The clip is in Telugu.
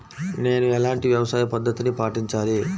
నేను ఎలాంటి వ్యవసాయ పద్ధతిని పాటించాలి?